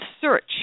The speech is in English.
search